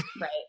Right